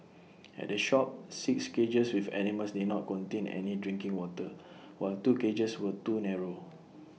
at the shop six cages with animals did not contain any drinking water while two cages were too narrow